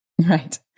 Right